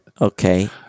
Okay